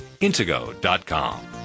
Intego.com